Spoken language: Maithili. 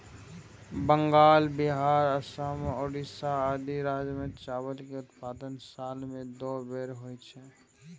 बंगाल, बिहार, असम, ओड़िशा आदि राज्य मे चावल के उत्पादन साल मे दू बेर होइ छै